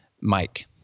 Mike